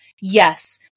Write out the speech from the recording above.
Yes